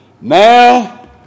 Now